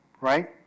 right